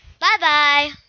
Bye-bye